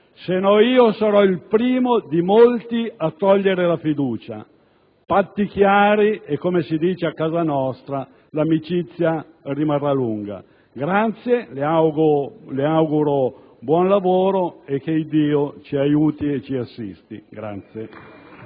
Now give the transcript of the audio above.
sarò il primo di molti a togliere la fiducia. Patti chiari e, come si dice a casa nostra, l'amicizia rimarrà lunga. La ringrazio, le auguro buon lavoro e che Iddio ci aiuti e ci assista.